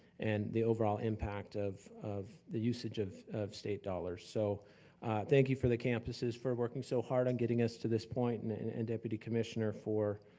and the overall impact of of the usage of of state dollars. so thank you for the campuses for working so hard on getting us to this point, and and and deputy commissioner for